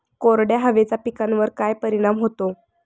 कोरड्या हवेचा पिकावर काय परिणाम होतो?